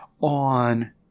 on